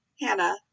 Hannah